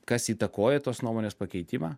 kas įtakojo tos nuomonės pakeitimą